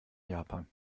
japan